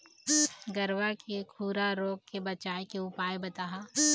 गरवा के खुरा रोग के बचाए के उपाय बताहा?